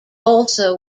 also